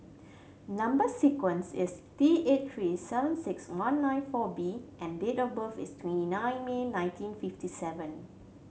number sequence is T eight three seven six one nine four B and date of birth is twenty nine May nineteen fifty seven